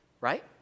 right